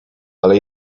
ale